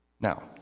Now